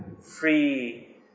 free